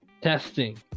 Testing